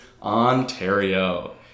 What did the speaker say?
Ontario